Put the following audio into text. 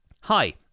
Hi